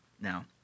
Now